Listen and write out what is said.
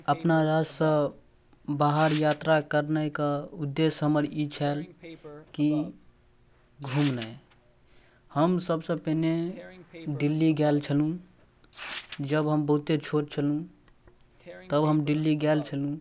अपना राज्यसँ बाहर यात्रा करनाइके उद्देश्य हमर ई छल कि घुमनाइ हम सबसँ पहिने दिल्ली गेल छलहुँ जब हम बहुते छोट छलहुँ तब हम दिल्ली गेल छलहुँ